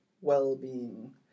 well-being